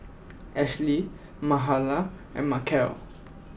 Ashlie Mahala and Markel